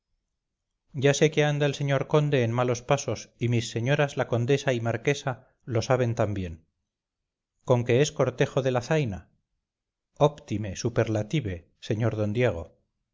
ya sé que anda el señor conde en malos pasos y mis señoras la condesa y marquesa lo saben también conque es cortejo de la zaina optime superlative sr d diego